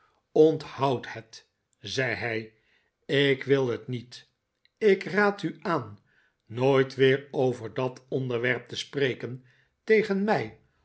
onthoud het zei hij ik wil het niet ik raad u aan nooit weer over dat onderwerp te spreken tegen mij